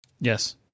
Yes